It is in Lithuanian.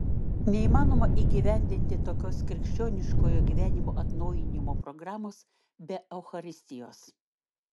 neįmanoma įgyvendinti tokios krikščioniškojo gyvenimo atnaujinimo programos be eucharistijos